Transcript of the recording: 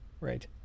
right